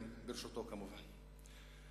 ברשותו כמובן.